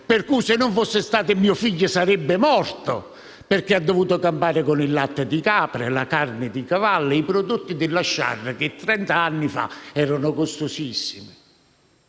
Ebbene, se non fosse stato mio figlio, sarebbe morto, perché ha dovuto campare con il latte di capra, la carne di cavallo e i prodotti della Schär, che trenta anni fa erano davvero costosi.